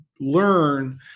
learn